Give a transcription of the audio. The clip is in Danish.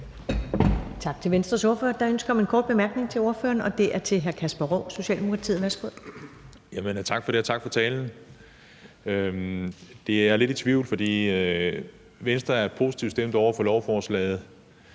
Tak til Venstres ordfører. Der er ønske om en kort bemærkning til ordføreren, og det er fra hr. Kasper Roug, Socialdemokratiet. Værsgo. Kl. 15:08 Kasper Roug (S): Tak for det, og tak for talen. Jeg er lidt i tvivl, for Venstre er positivt stemt over for lovforslaget,